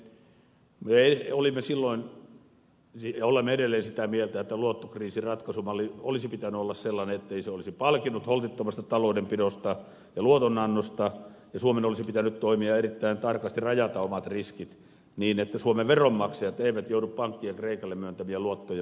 me olimme silloin ja olemme edelleen sitä mieltä että luottokriisin ratkaisumallin olisi pitänyt olla sellainen ettei se olisi palkinnut holtittomasta taloudenpidosta ja luotonannosta ja suomen olisi pitänyt toimia erittäin tarkasti rajata omat riskinsä niin että suomen veronmaksajat eivät joudu pankkien kreikalle myöntämien luottojen maksumiehiksi